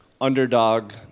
underdog